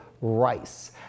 Rice